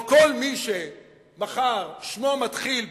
או כל מי ששמו מתחיל באל"ף,